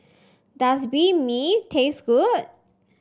does Banh Mi taste good